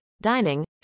dining